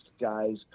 guys